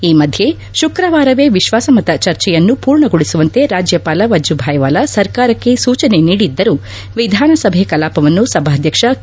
ಈ ಮಧ್ಯೆ ಶುಕ್ರವಾರವೇ ವಿಶ್ವಾಸಮತ ಚರ್ಚೆಯನ್ನು ಪೂರ್ಣಗೊಳಿಸುವಂತೆ ರಾಜ್ಞಪಾಲ ವಜೂಭಾಯಿವಾಲಾ ಸರ್ಕಾರಕ್ಕೆ ಸೂಚನೆ ನೀಡಿದ್ದರೂ ವಿಧಾನಸಭೆ ಕಲಾಪವನ್ನು ಸಭಾಧ್ಯಕ್ಷ ಕೆ